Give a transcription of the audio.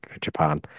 Japan